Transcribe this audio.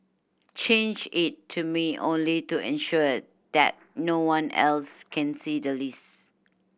change it to me only to ensure that no one else can see the list